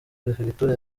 perefegitura